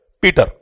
Peter